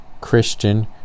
christian